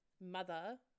mother